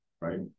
right